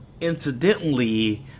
incidentally